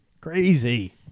crazy